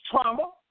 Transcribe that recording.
trauma